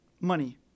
money